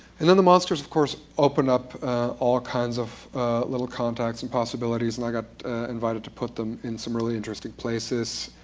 and then the monsters of course open up all kinds of little contacts and possibilities and i got invited to put them in some really interesting places.